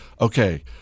Okay